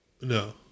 No